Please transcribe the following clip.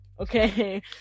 okay